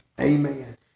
Amen